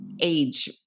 age